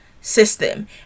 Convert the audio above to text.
system